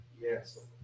Yes